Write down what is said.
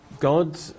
God